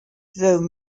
though